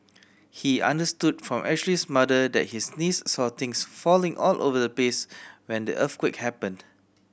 he understood from Ashley's mother that his niece saw things falling all over the place when the earthquake happened